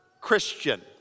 Christian